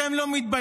אתם לא מתביישים?